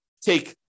take